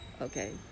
Okay